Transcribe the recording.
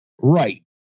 Right